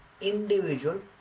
individual